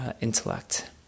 intellect